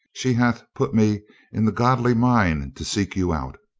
she hath put me in the godly mind to seek you out.